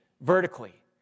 vertically